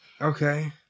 okay